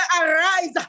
arise